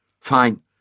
Fine